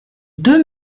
deux